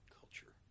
culture